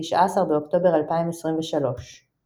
19 באוקטובר 2023 ==